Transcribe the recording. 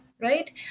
Right